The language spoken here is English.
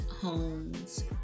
homes